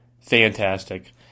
fantastic